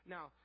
Now